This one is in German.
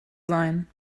sein